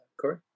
Corey